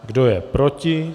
Kdo je proti?